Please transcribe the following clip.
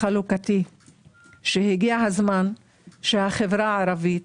חלוקתי שהגיע הזמן שהחברה הערבית